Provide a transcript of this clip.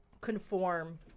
conform